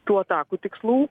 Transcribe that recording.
tų atakų tikslų